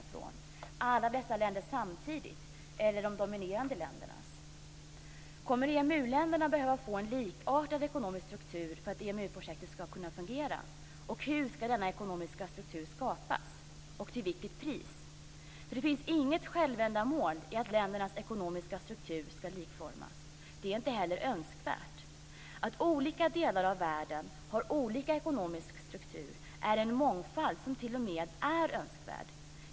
Blir det utifrån alla dessa länders villkor samtidigt, eller blir det utifrån de dominerande ländernas? Kommer EMU-länderna att behöva få en likartad ekonomisk struktur för att EMU-projektet ska kunna fungera? Hur ska denna ekonomiska struktur skapas och till vilket pris? Det finns inget självändamål med att ländernas ekonomiska struktur ska likformas. Det är inte heller önskvärt. Att olika delar av världen har olika ekonomisk struktur är en mångfald som t.o.m. är önskvärd.